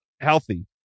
healthy